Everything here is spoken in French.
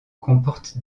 comporte